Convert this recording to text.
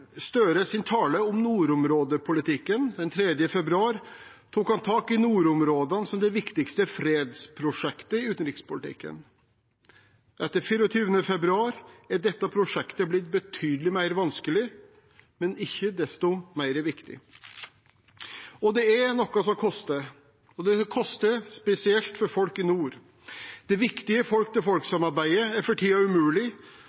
tale om nordområdepolitikken den 3. februar, tok han tak i nordområdene som det viktigste fredsprosjektet i utenrikspolitikken. Etter 24. februar er dette prosjektet blitt betydelig mer vanskelig, men ikke desto mer viktig. Og dette er noe som koster, og det koster spesielt for folk i nord. Det viktige folk-til-folk-samarbeidet er for tiden umulig.